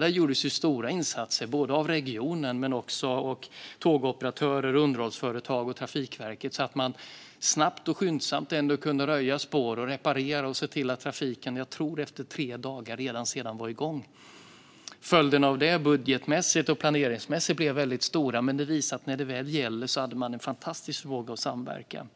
Där gjordes stora insatser av regionen, tågoperatörer, underhållsföretag och Trafikverket. Snabbt och skyndsamt kunde man röja spår, reparera och se till att trafiken var igång redan efter tre dagar. Följderna budgetmässigt och planeringsmässigt blev stora, men detta visar att när det väl gäller hade man en fantastisk förmåga att samverka.